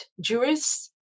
jurists